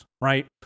right